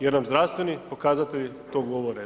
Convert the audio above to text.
Jer nam zdravstveni pokazatelji to govore.